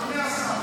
אדוני השר,